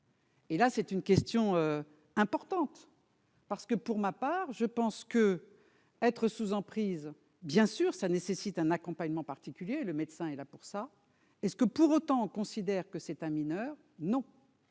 Et là, c'est une question importante, parce que pour ma part, je pense que être sous emprise, bien sûr, ça nécessite un accompagnement particulier, le médecin est là pour ça, est ce que pour autant, considère que c'est un mineur non